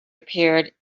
appeared